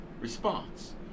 response